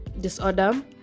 disorder